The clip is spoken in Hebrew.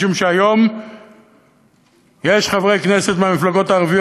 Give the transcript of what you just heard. משום שהיום יש חברי כנסת מהמפלגות החרדיות